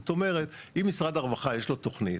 זאת אומרת אם משרד הרווחה יש לו תוכנית,